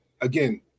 again